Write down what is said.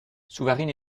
souvarine